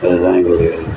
அது தான் எங்களுடைய